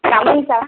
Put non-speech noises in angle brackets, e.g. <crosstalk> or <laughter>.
<unintelligible>